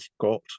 got